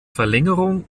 verlängerung